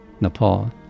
Nepal